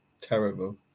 terrible